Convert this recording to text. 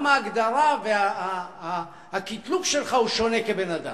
גם ההגדרה והקטלוג שלך הוא שונה כבן-אדם.